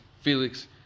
Felix